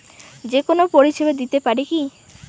যে কোনো পরিষেবা দিতে পারি কি?